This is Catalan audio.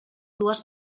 dues